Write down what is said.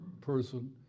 person